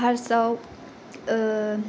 फार्स्टआव